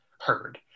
heard